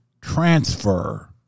transfer